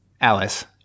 Alice